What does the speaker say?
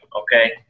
Okay